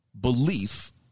belief